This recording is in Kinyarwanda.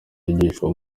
yigishwa